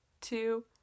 two